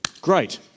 Great